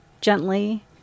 gently